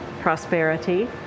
prosperity